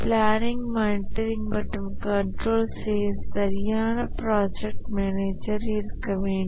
planning monitoring மற்றும் control செய்ய சரியான ப்ராஜெக்ட் மேனேஜர் இருக்க வேண்டும்